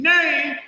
Name